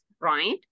right